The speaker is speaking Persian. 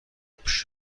پیش